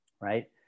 right